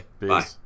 Bye